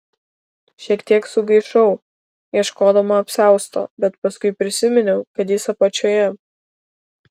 šiek tiek sugaišau ieškodama apsiausto bet paskui prisiminiau kad jis apačioje